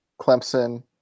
Clemson